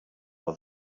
from